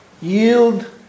yield